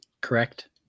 Correct